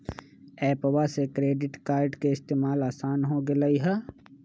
एप्पवा से credit card के इस्तेमाल असान हो गेलई ह